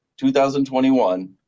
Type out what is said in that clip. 2021